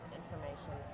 information